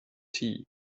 tea